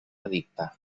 edicte